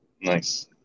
Nice